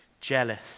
jealous